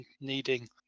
needing